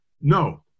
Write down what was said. No